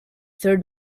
third